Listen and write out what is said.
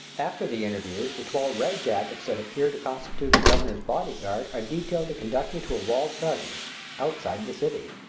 after the interview the twelve red-jackets that appear to constitute the governor's bodyguard are detailed to conduct me to a walled garden outside the city.